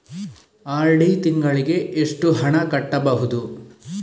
RD ತಿಂಗಳಿಗೆ ಎಷ್ಟು ಹಣ ಕಟ್ಟಬಹುದು?